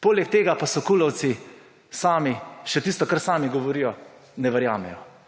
Poleg tega pa kulovci še tisto, kar sami govorijo, ne verjamejo.